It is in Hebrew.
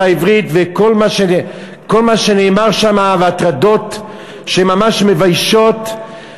העברית וכל מה שנאמר שמה והטרדות שממש מביישות,